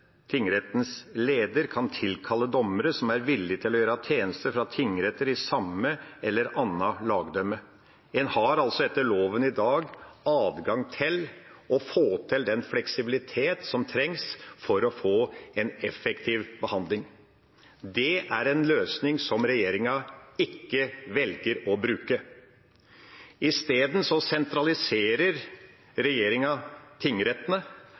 tingrettens leder kan «tilkalle dommere som er villige til å gjøre tjeneste fra tingretter i samme eller et annet lagdømme.» En har altså etter loven i dag adgang til å få til den fleksibilitet som trengs for å få en effektiv behandling. Det er en løsning som regjeringa ikke velger å bruke. I stedet sentraliserer regjeringa tingrettene.